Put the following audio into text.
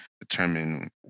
determine